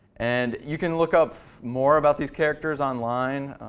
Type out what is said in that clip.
and you can look up more about these characters online.